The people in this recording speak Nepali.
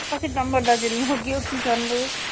अस्ति डम्बर दाजुले लग्यो किसनले